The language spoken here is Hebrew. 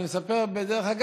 אני מספר לך,